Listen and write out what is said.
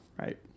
right